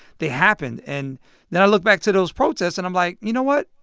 they happened. and then i look back to those protests and i'm like, you know what?